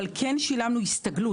אבל כן שילמנו הסתגלות.